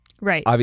Right